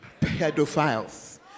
pedophiles